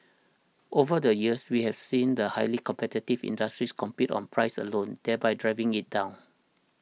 over the years we have seen the highly competitive industries compete on price alone there by driving it down